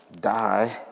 die